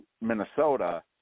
Minnesota